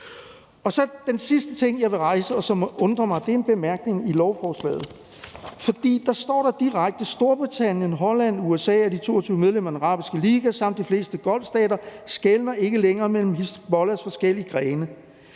er der den sidste ting, som jeg vil rejse, og som undrer mig, og det er en bemærkning i forslaget. For der står der direkte: »Storbritannien, Holland, USA og de 22 medlemmer af Den Arabiske Liga samt de fleste golfstater skelner ikke længere mellem Hizbollahs forskellige grene.